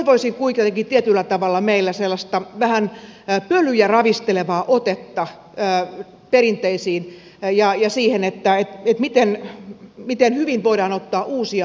toivoisin kuitenkin tietyllä tavalla meiltä sellaista vähän pölyjä ravistelevaa otetta perinteisiin ja siihen miten hyvin voidaan ottaa uusia asioita esille